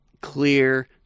clear